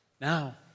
now